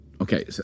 Okay